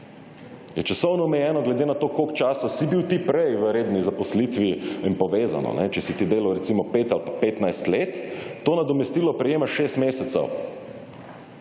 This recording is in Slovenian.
je časovno omejeno, glede na to, koliko časa si bil ti prej v redni zaposlitvi in povezano, kajne, če si ti delal recimo 5 ali pa 15 let, to nadomestilo prejemaš 6 mesecev.